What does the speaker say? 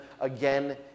again